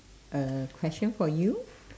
a question for you